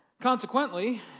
Consequently